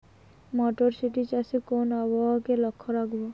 মটরশুটি চাষে কোন আবহাওয়াকে লক্ষ্য রাখবো?